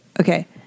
Okay